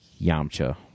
Yamcha